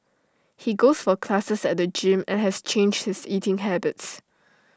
he goes for classes at the gym and has changed his eating habits